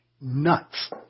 Nuts